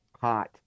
hot